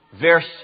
verse